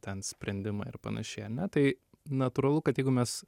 ten sprendimą ir panašiai ane tai natūralu kad jeigu mes